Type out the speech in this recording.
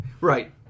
Right